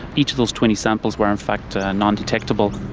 each of those twenty samples were in fact non-detectable.